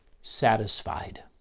satisfied